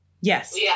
Yes